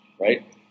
right